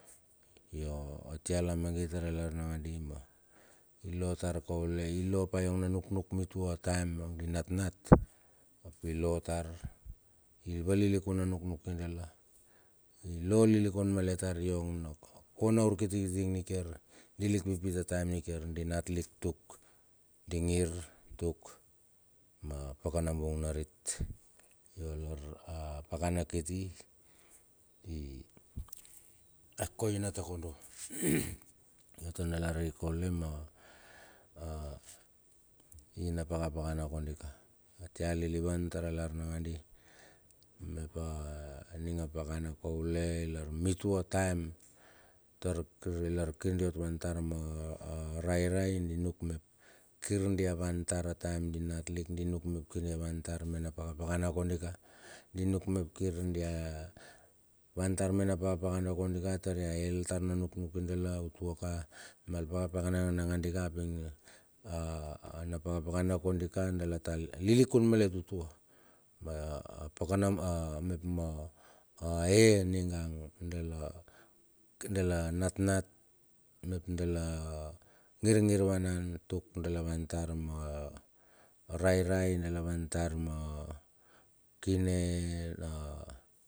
Io atia lamagit tar a lar nagadi ma, ilotar kaule. I lopa na iong na nuknuk mitua a taem ang di natnat ap i lo tar, i valilikun na nuknuki dala. Ilo lilikun malet tar na yong na ko na urkitikiti ing nikiar di lik pipit a taem nikiar di nat lik tuk di ngir tuk ma pakanabung narit a pakana kiti i ya koina takodo. yo dala rei kaule ma a ina pakapakana kodika, atialilivan tara lar nakadi. Map a ning a pakana kaule lar mitua taem tar lar kir diot vantar ma a rairai di nuk mep kir dia van tar a taem di nat lik di nuknuk mep kir dia van tar ma paka pakana kodi ka. Di nuk mep kir dia van tat me na pakapakana kondika tar ya el ta na nuknuki dalar utua ka ma al pakapakana magandi ping a na pakapakana kondika dala ta lilikun malet utua. A pakana map a a e mingan dala dala natnat mep dala ngir ngir vanan tuk dala van tar ma rairai dala van tar ma kine.